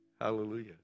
Hallelujah